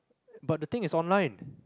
but the thing is online